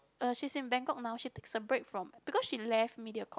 uh she's in Bangkok now she takes some break from because she left Mediacorp